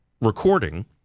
recording